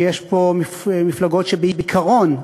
שיש פה מפלגות שבעיקרון,